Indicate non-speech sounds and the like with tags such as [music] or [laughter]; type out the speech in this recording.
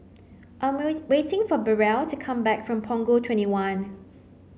I am [unintelligible] waiting for Beryl to come back from Punggol twenty one